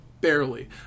Barely